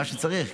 מה שצריך.